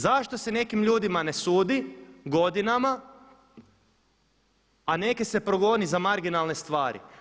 Zašto se nekim ljudima ne sudi godinama, a neke se progoni za marginalne stvari?